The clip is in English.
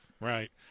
right